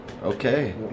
Okay